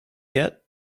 yet